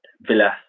Villa